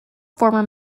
former